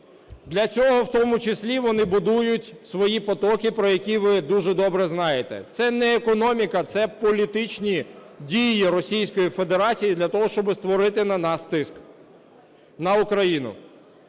Для цього в тому числі вони будують свої потоки, про які ви дуже добре знаєте. Це не економіка, це політичні дії Російської Федерації для того, щоб створити на нас тиск, на Україну.